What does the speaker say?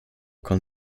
können